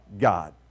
God